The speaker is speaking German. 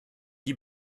die